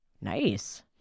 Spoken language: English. Nice